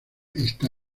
está